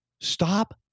Stop